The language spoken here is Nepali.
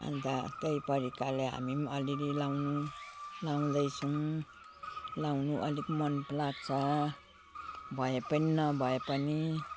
अन्त त्यही प्रकारले हामी पनि अलिअलि लगाउनु लगाउँदैछौँ लगाउनु अलिक मनलाग्छ भए पनि नभए पनि